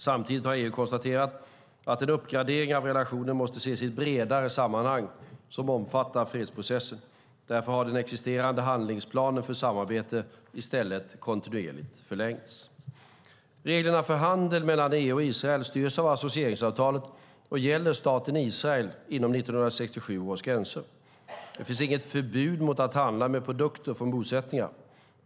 Samtidigt har EU konstaterat att en uppgradering av relationen måste ses i ett bredare sammanhang som omfattar fredsprocessen. Därför har den existerande handlingsplanen för samarbetet i stället kontinuerligt förlängts. Reglerna för handel mellan EU och Israel styrs av associeringsavtalet och gäller staten Israel inom 1967 års gränser. Det finns inget förbud mot att handla med produkter från bosättningar.